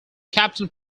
captain